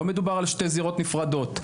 לא מדובר על שתי זירות נפרדות.